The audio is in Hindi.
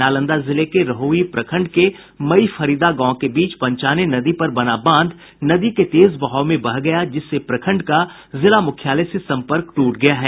नालंदा जिले के रहुई प्रखंड के मई फरीदा गांव के बीच पंचाने नदी पर बना बांध नदी के तेज बहाव में बह गया जिससे प्रखंड का जिला मुख्यालय से सम्पर्क टूट गया है